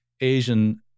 Asian